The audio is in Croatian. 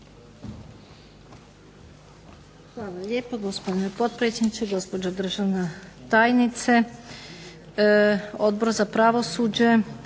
Hvala lijepo. Gospodine potpredsjedniče, gospođo državna tajnice. Odbor za pravosuđe